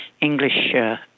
English